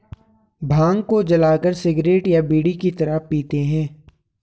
भांग को जलाकर सिगरेट या बीड़ी की तरह पीते हैं